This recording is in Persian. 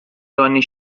رانی